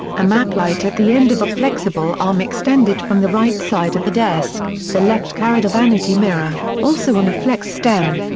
a map light at the end of a flexible arm extended from the right side of the desk, the left carried a vanity mirror, also on a flex stem.